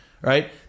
right